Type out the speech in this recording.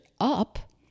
up